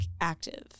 active